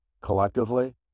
collectively